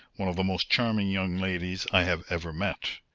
one of the most charming young ladies i have ever met.